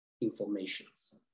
informations